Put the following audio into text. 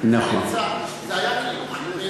זה היה כאילו,